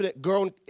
grown